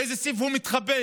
באיזה סעיף הוא מתחבא,